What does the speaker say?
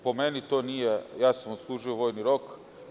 Po meni, to nije u redu, mada sam služio vojni rok.